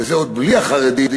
וזה עוד בלי החרדים,